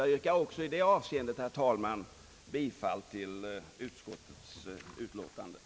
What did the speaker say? Jag yrkar också i detta avseende, herr talman, bifall till utskottets förslag.